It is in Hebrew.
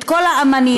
כל האמנים,